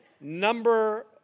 Number